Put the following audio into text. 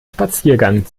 spaziergang